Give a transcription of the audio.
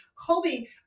Colby